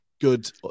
good